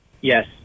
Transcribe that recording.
Yes